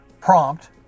prompt